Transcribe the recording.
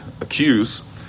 accuse